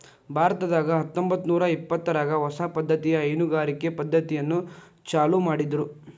ಭಾರತದಾಗ ಹತ್ತಂಬತ್ತನೂರಾ ಇಪ್ಪತ್ತರಾಗ ಹೊಸ ಪದ್ದತಿಯ ಹೈನುಗಾರಿಕೆ ಪದ್ದತಿಯನ್ನ ಚಾಲೂ ಮಾಡಿದ್ರು